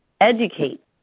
Educate